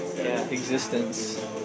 existence